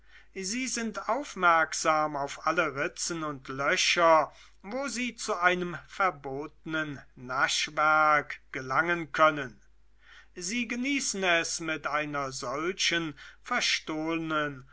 sie sind aufmerksam auf alle ritzen und löcher wo sie zu einem verbotenen naschwerk gelangen können sie genießen es mit einer solchen verstohlnen